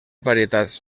varietats